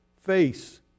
face